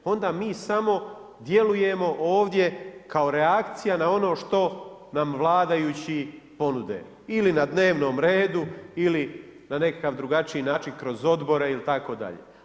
Onda mi samo djelujemo ovdje kao reakcija na ono što nam vladajući ponude ili na dnevnom redu ili na neki drugačiji način kroz odbore itd.